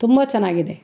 ತುಂಬ ಚೆನ್ನಾಗಿದೆ